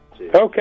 Okay